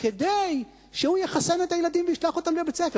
כדי שהוא יחסן את הילדים וישלח אותם לבית-הספר.